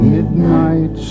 Midnight